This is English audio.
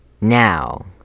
Now